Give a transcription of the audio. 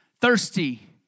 thirsty